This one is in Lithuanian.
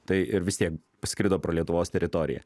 tai ir vis tiek skrido pro lietuvos teritoriją